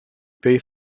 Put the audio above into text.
paid